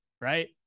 right